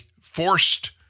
forced